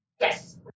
Yes